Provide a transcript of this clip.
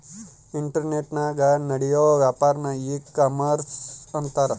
ಇಂಟರ್ನೆಟನಾಗ ನಡಿಯೋ ವ್ಯಾಪಾರನ್ನ ಈ ಕಾಮರ್ಷ ಅಂತಾರ